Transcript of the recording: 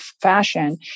fashion